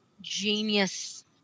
genius